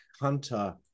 Hunter